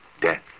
death